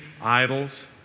idols